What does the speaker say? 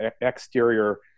exterior